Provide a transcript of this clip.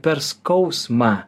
per skausmą